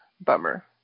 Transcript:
Bummer